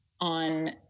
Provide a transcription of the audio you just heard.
on